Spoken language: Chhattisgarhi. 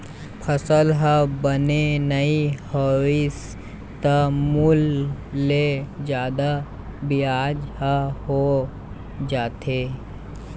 फसल ह बने नइ होइस त मूल ले जादा बियाज ह हो जाथे